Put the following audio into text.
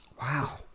Wow